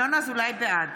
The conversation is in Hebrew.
בעד